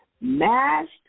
Mashed